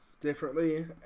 differently